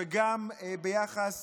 וגם ביחס